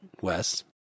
Wes